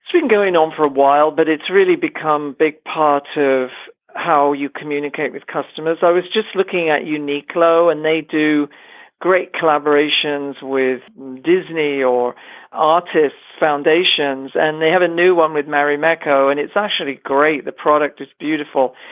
been going on for a while, but it's really become big part of how you communicate with customers. i was just looking at uniqlo and they do great collaborations with disney or artists foundations and they have a new one with mary meco and it's actually great. the product is beautiful.